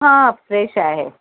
हां फ्रेश आहे